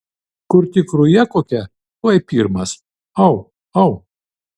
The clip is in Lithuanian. kur tik ruja kokia tuoj pirmas au au